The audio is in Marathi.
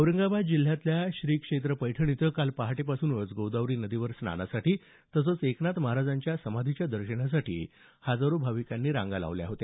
औरंगाबाद जिल्ह्यातल्या श्री क्षेत्र पैठण इथं काल पहाटे पासूनच गोदावरी नदीवर स्नानासाठी तसंच एकनाथ महाराजांच्या समाधीच्या दर्शनासाठी हजारो भाविकांनी गर्दी केली होती